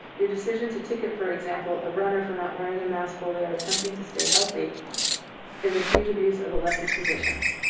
your decision to ticket, for example, a runner for not wearing a mask while they are attempting to stay healthy is a huge abuse of elected positions.